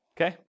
Okay